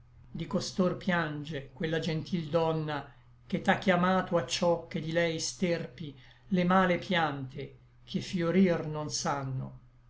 di costor piange quella gentil donna che t'à chiamato a ciò che di lei sterpi le male piante che fiorir non sanno